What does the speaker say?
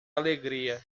alegria